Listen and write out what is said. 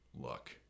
luck